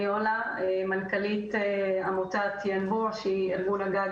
אני מנכ"לית עמותת ינבוע שהיא ארגון הגג